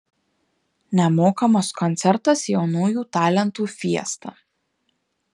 nemokamas koncertas jaunųjų talentų fiesta